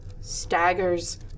staggers